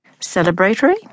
Celebratory